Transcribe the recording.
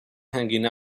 hanging